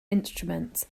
instrument